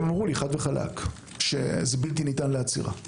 הם אמרו לי חד וחלק שזה בלתי ניתן לעצירה.